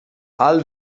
ahal